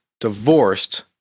divorced